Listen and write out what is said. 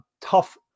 tough